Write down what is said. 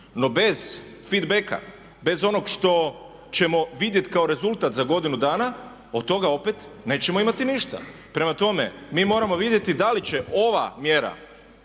no bez feedbacka, bez onog što ćemo vidjeti kao rezultat za godinu dana od toga opet nećemo imati ništa. Prema tome, mi moramo vidjeti da li će ova mjera